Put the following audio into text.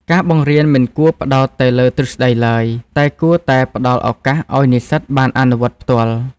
ការបង្រៀនមិនគួរផ្តោតតែលើទ្រឹស្តីឡើយ តែគួរតែផ្តល់ឱកាសឱ្យសិស្សបានអនុវត្តផ្ទាល់។